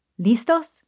¿Listos